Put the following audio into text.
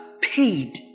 paid